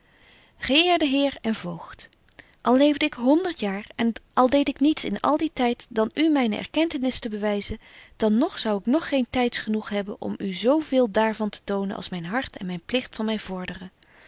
heer en voogd al leefde ik honderd jaar en al deed ik niets in al dien tyd dan u myne erkentenis te bewyzen dan nog zou ik geen tyds genoeg hebben om u zo veel daar van te tonen als myn hart en myn pligt van my vorderen